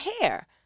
hair